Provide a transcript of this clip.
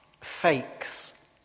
fakes